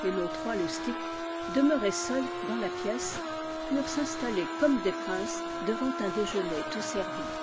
et nos trois loustics demeurés seuls dans la pièce purent s'installer comme des princes devant un déjeuner tout servi